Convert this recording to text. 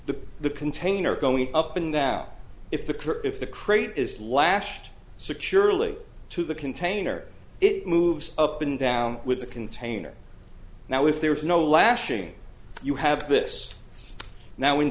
the the container going up and down if the if the crate is slashed securely to the container it moves up and down with the container now if there is no lashing you have this now when